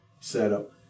setup